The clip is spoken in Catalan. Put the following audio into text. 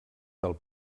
del